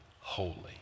holy